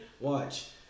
Watch